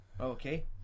okay